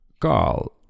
Call